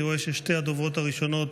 אני רואה ששתי הדוברות הראשונות,